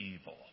evil